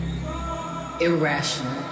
Irrational